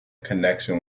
connection